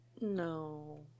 No